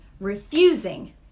refusing